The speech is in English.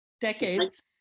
decades